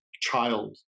child